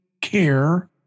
care